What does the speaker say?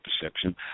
perception